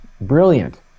brilliant